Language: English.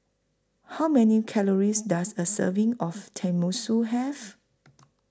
How Many Calories Does A Serving of Tenmusu Have